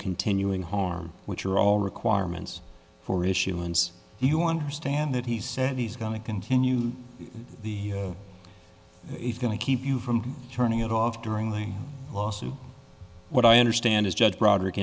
continuing harm which are all requirements for issuance you understand that he said he's going to continue the even to keep you from turning it off during the lawsuit what i understand is judge broderick